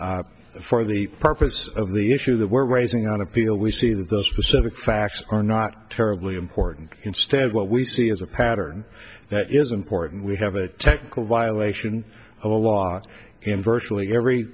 s for the purpose of the issue that we're raising on appeal we see that the specific facts are not terribly important instead what we see is a pattern that is important we have a technical violation a law in virtually every